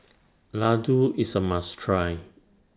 Laddu IS A must Try